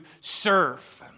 serve